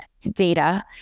data